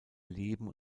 leben